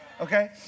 okay